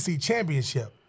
championship